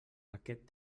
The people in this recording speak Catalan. aquest